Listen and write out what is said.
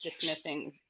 dismissing